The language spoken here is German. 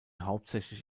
hauptsächlich